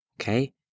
Okay